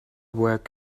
work